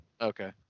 Okay